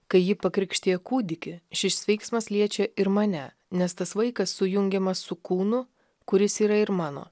kai ji pakrikštija kūdikį šis veiksmas liečia ir mane nes tas vaikas sujungiamas su kūnu kuris yra ir mano